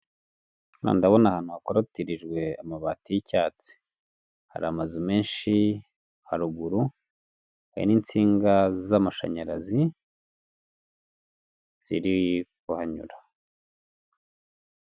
Hano ndabona ahantu hakotirijwe amabati y'icyatsi hari amazu menshi haruguru hari n'insinga z'amashanyarazi ziri kuhanyura.